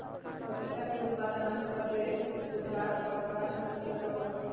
पपीता के उत्पादन आंध्र प्रदेश, गुजरात और महाराष्ट्र में सबसे ज्यादा होबा हई